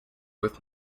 with